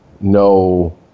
no